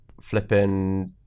Flipping